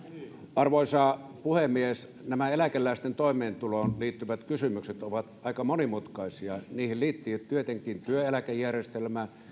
arvoisa puhemies nämä eläkeläisten toimeentuloon liittyvät kysymykset ovat aika monimutkaisia niihin liittyvät tietenkin työeläkejärjestelmä